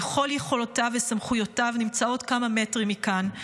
וכל יכולותיו וסמכויותיו נמצאים כמה מטרים מכאן,